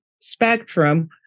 spectrum